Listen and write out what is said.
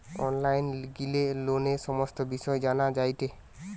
online গিলে লোনের সমস্ত বিষয় জানা যায়টে